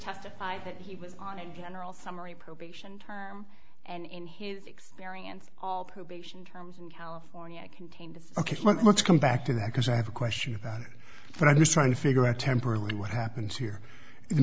testified that he was on a general summary probation and in his experience all probation california contained ok let's come back to that because i have a question about it but i'm just trying to figure out temporarily what happens here in the